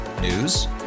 News